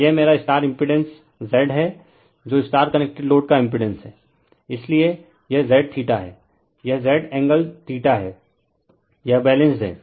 तो यह मेरा स्टार इम्पिड़ेंस Z है जो स्टार कनेक्टेड लोड का इम्पिड़ेंस है इसलिए यह Zθ है यह Z एंगल है यह बैलेंस्ड है